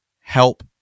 help